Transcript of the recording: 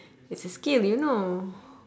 it's a skill you know